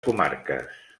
comarques